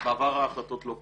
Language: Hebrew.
בעבר ההחלטות לא פורסמו,